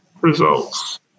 results